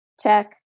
check